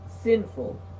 sinful